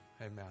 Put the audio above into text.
amen